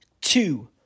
two